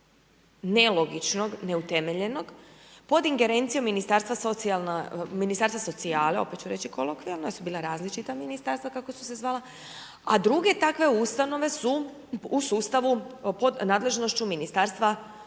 nelogičnog, neutemeljenog, pod ingerencijom Ministarstva socijale, opet ću reći kolokvijalno, jer su bila različita Ministarstva kako su se zvala, a druge takve ustanove su u sustavu, pod nadležnošću Ministarstva obrazovanja.